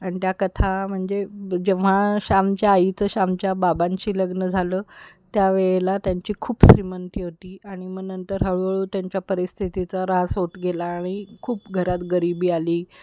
अन त्या कथा म्हणजे जेव्हा श्यामच्या आईचं श्यामच्या बाबांशी लग्न झालं त्या वेळेला त्यांची खूप श्रीमंती होती आणि मन नंतर हळूहळू त्यांच्या परिस्थितीचा ऱ्हास होत गेला आणि खूप घरात गरीबी आली